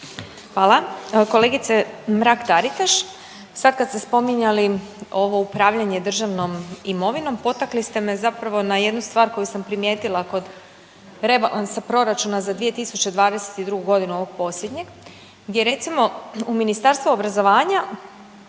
Hvala. Kolegice Mrak-Taritaš, sad kad ste spominjali ovo upravljanje državnom imovinom potakli ste me zapravo na jednu stvar koju sam primijetila kod rebalansa Proračuna za 2022. g., ovog posljednjeg gdje recimo, u Ministarstvo obrazovanja